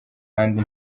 kandi